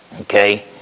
okay